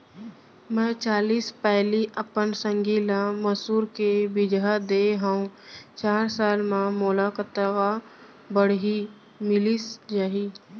मैं चालीस पैली अपन संगी ल मसूर के बीजहा दे हव चार साल म मोला कतका बाड़ही मिलिस जाही?